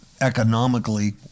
economically